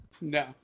No